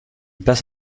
passe